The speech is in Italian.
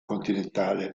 continentale